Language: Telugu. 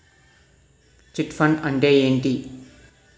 చిట్ ఫండ్ అంటే ఏంటి?